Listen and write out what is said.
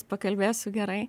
pakalbėsiu gerai